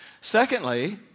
Secondly